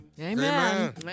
Amen